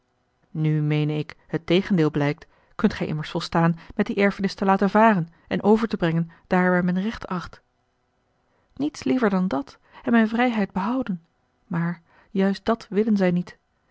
nu meene ik het tegendeel blijkt kunt gij immers volstaan met die erfenis te laten varen en over te brengen daar waar men recht acht niets liever dan dat en mijne vrijheid behouden maar a l g bosboom-toussaint de delftsche wonderdokter eel juist dat willen ze niet